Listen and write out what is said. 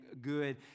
good